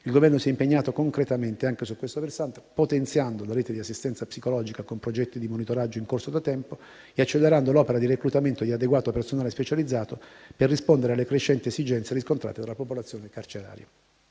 il Governo si è impegnato concretamente anche su questo versante, potenziando la rete di assistenza psicologica, con progetti di monitoraggio in corso da tempo, e accelerando l'opera di reclutamento di personale adeguatamente specializzato per rispondere alle crescenti esigenze riscontrate tra la popolazione carceraria.